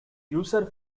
user